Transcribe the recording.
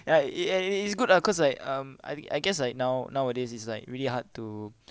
ya it eh it it's good lah cause like um I guess like now nowadays is like really hard to